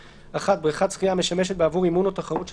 לצדו:(1) בריכת שחייה המשמשת בעבור אימון או תחרות של